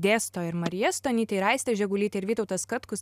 dėsto ir marija stonytė ir aistė žemgulytė ir vytautas katkus